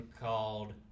called